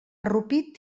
rupit